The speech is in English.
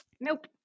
Nope